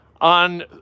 on